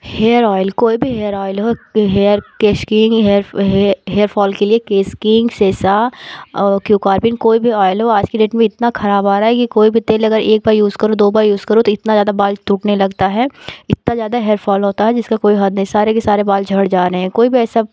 hair oil कोई भी hair oil hair Kesh King है हे हेयर फ़ॉल के लिए केश किंग सेसा और किओ कार्पिन कोई भी ऑयल हो आज की डेट में इतना खराब आ रहा है कि कोई भी तेल अगर एक बार यूज़ करो दो बार यूज़ करो तो इतना ज़्यादा बाल टूटने लगता है इतना ज़्यादा हेयर फ़ॉल होता है जिसका कोई हद नहीं सारे के सारे बाल झड़ जा रहे हैं कोई भी ऐसा